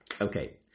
Okay